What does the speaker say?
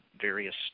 various